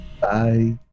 Bye